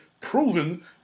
proven